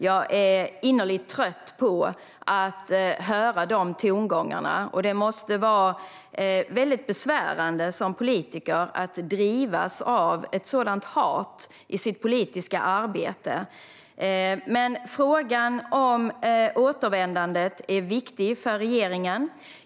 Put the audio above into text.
Jag är innerligt trött på att höra dessa tongångar, och det måste vara besvärande att som politiker drivas av ett sådant hat i sitt politiska arbete. Frågan om återvändande är viktig för regeringen.